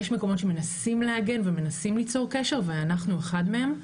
יש מקומות שמנסים להגן ומנסים ליצור קשר ואנחנו אחד מהם.